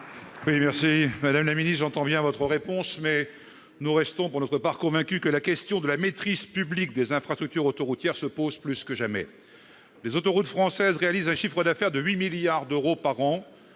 réplique. Madame la ministre, j'entends bien votre réponse, mais nous restons, pour notre part, convaincus que la question de la maîtrise publique des infrastructures autoroutières se pose plus que jamais. Les autoroutes françaises réalisent un chiffre d'affaires de 8 milliards d'euros par an.